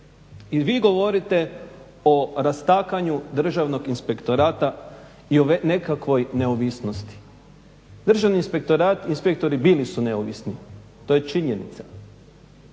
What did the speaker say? I vi govorite o rastakanju Državnog inspektorata i o nekakvoj neovisnosti. Državni inspektori bili su neovisni, to je činjenica,